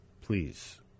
please